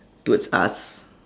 towards us